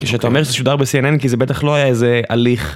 כשאתה אומר שזה שודר בCNN כי זה בטח לא היה איזה הליך.